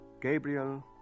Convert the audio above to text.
Gabriel